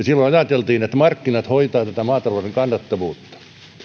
silloin ajateltiin että markkinat hoitavat maatalouden kannattavuutta